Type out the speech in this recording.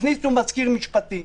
הכניסו מזכיר משפטי.